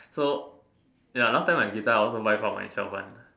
so ya last time my guitar I also buy for myself one